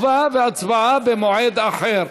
תשובה והצבעה במועד אחר.